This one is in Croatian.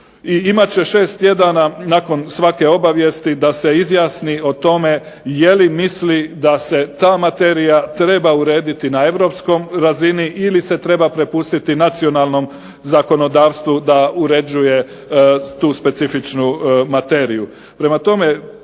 imat će 6 tjedana nakon svake obavijesti da se izjasni o tome je li misli da se ta materija treba urediti na europskoj razini ili se treba prepustiti nacionalnom zakonodavstvu da uređuje tu specifičnu materiju.